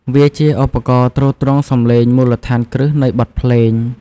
វាជាឧបករណ៍ទ្រទ្រង់សំឡេងមូលដ្ឋានគ្រឹះនៃបទភ្លេង។